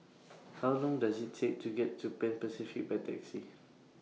How Long Does IT Take to get to Pan Pacific By Taxi